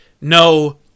no